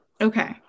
okay